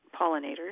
pollinators